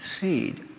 seed